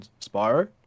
Spyro